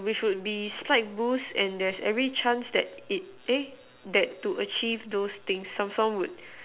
which would be slight boost and there's every chance that it eh that to achieve those thing some some would